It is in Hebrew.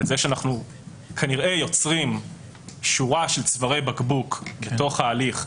על זה שאנחנו כנראה יוצרים שורה של צווארי בקבוק בתוך ההליך,